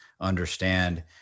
understand